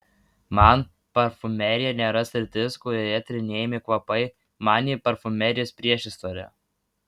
man parfumerija nėra sritis kurioje tyrinėjami kvapai man ji parfumerijos priešistorė